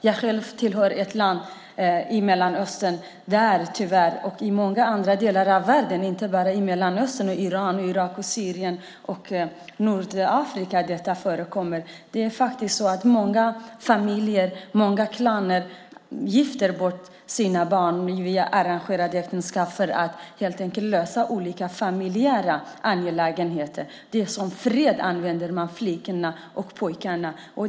Jag själv kommer från ett land i Mellanöstern, och det är i många andra delar av världen, inte bara i Mellanöstern, Iran, Irak, Syrien och Nordafrika, som detta förekommer. Det är faktiskt många familjer, många klaner som gifter bort sina barn via arrangerade äktenskap för att helt enkelt lösa olika familjära angelägenheter. För att skapa fred använder man flickorna och pojkarna.